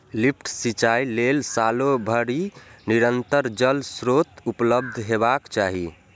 lift सिंचाइ लेल सालो भरि निरंतर जल स्रोत उपलब्ध हेबाक चाही